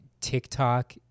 tiktok